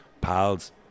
pals